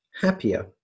Happier